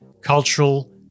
cultural